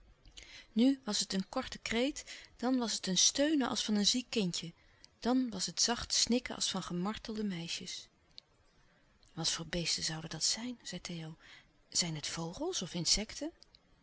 nu was het een korte kreet dan was het een steunen als van ziek kindje dan was het zacht snikken als van gemartelde meisjes wat voor beesten zouden dat zijn zei theo zijn het vogels of insecten